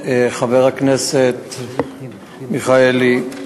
חבר הכנסת מיכאלי,